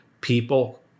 people